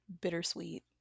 bittersweet